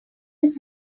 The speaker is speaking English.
his